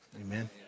Amen